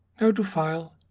go to file,